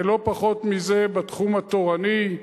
ולא פחות מזה, בתחום התורני.